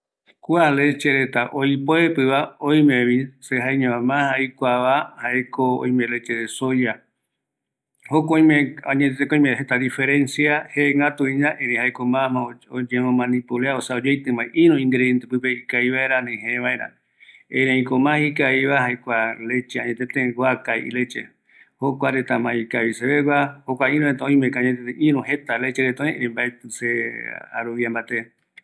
﻿Kua leche reta oipoepɨva oimevi se jaeñoma ma aikuava jaeko oime leche de soya, jokua oime añeteteko oime jeta diferencia jëgätuviña erei jaeko ma ma oyemomanipulea, osea yaitima irü ingrediente pipe ikavi vaera ani jevaera, ereiko ma ikaviva jae kua leche añetete guaka ileche jokua reta ma ikavi sevegua, jokua irü reta oimeko añetete jeta leche reta öi erei mbaeti se arovia mbate